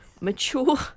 Mature